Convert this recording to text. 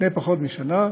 לפני פחות משנה